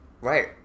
Right